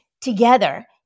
Together